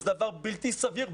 זה דבר בלתי סביר,